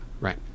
Right